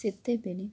ସେତେବେଳେ